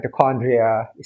mitochondria